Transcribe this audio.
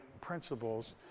principles